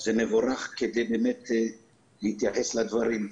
זה מבורך כדי להתייחס לדברים.